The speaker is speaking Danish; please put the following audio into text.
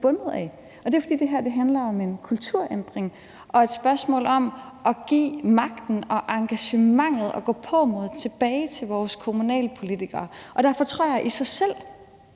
det er, fordi det her handler om en kulturændring og er et spørgsmål om at give magten, engagementet og gåpåmodet tilbage til vores kommunalpolitikere. Derfor tror jeg, det i sig selv